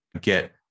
get